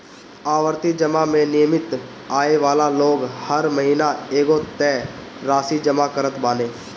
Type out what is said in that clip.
आवर्ती जमा में नियमित आय वाला लोग हर महिना एगो तय राशि जमा करत बाने